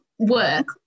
work